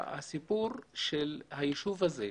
הסיפור של הישוב הזה,